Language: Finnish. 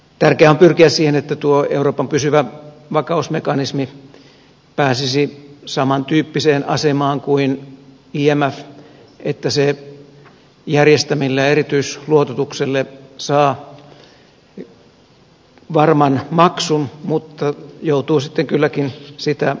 tärkeää on pyrkiä siihen että tuo euroopan pysyvä vakausmekanismi pääsisi saman tyyppiseen asemaan kuin imf että se järjestämälleen erityisluototukselle saa varman maksun vaikka joutuu sitten kylläkin sitä odottamaan